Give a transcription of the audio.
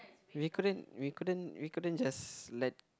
we couldn't we couldn't we couldn't just let